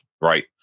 right